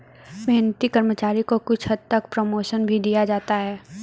मेहनती कर्मचारी को कुछ हद तक प्रमोशन भी दिया जाता है